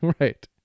Right